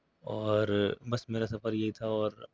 اور بس میرا سفر یہی تھا اور